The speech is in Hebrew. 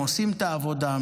עושים את העבודה,